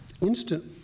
instant